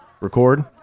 Record